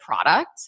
product